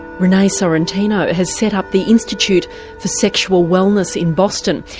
renee sorrentino has set up the institute for sexual wellness in boston.